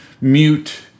mute